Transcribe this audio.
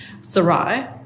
Sarai